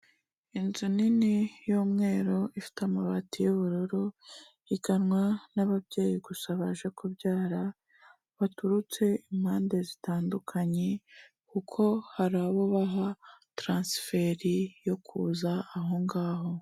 Inzu nini y'umweru ifite amabati y'ubururu, iganwa n'ababyeyi gusa baje kubyara, baturutse impande zitandukanye, kuko hari abo baha taransiferi yo kuza aho ngaho.